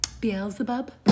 Beelzebub